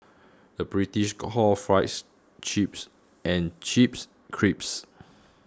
the British calls fries chips and chips crisps